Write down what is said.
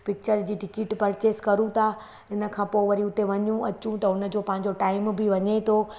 picture जी ticket purchase करूं था इनखां पोइ वरी उते वञू अचूं त उनजो पंहिंजो टाइम बि वञे थो